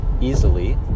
easily